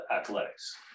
athletics